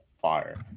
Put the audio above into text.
fire